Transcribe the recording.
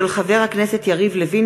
של חברי הכנסת יריב לוין,